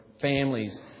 families